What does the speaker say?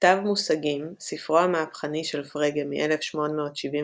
"כתב מושגים", ספרו המהפכני של פרגה מ-1879,